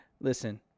listen